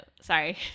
sorry